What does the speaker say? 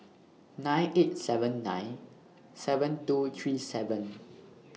nine eight seven nine seven two three seven